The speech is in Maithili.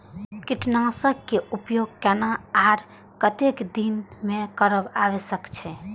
कीटनाशक के उपयोग केना आर कतेक दिन में करब आवश्यक छै?